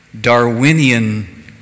Darwinian